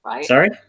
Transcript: sorry